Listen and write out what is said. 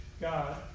God